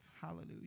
Hallelujah